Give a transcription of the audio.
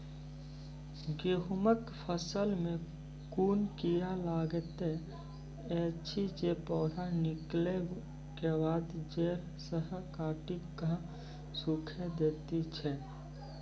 गेहूँमक फसल मे कून कीड़ा लागतै ऐछि जे पौधा निकलै केबाद जैर सऽ काटि कऽ सूखे दैति छै?